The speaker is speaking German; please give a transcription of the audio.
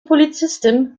polizistin